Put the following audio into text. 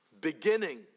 beginning